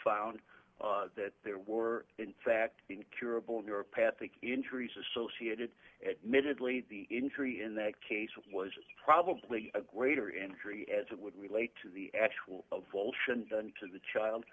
found that there were in fact incurable neuropathy injuries associated minutely the injury in that case was probably a greater injury as it would relate to the actual volscians to the child